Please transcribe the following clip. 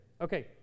Okay